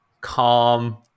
calm